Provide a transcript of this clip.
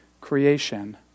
creation